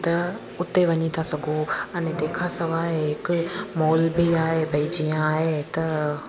त उते वञी था सघो अने तंहिंखां सवाइ हिकु मॉल बि आहे भाई जीअं आहे त